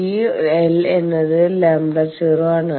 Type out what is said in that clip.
ഈ l എന്നത് λ0 ആണ്